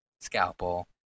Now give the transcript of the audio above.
Scalpel